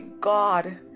God